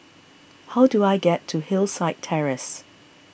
how do I get to Hillside Terrace